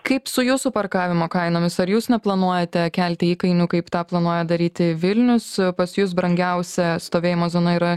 kaip su jūsų parkavimo kainomis ar jūs neplanuojate kelti įkainių kaip tą planuoja daryti vilnius pas jus brangiausia stovėjimo zona yra